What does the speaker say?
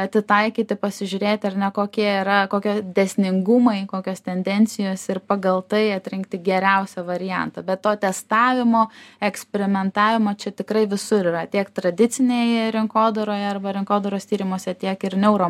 atitaikyti pasižiūrėt ar ne kokie yra koki dėsningumai kokios tendencijos ir pagal tai atrinkti geriausią variantą be to testavimo eksperimentavimo čia tikrai visur yra tiek tradicinėj rinkodaroje arba rinkodaros tyrimuose tiek ir neuro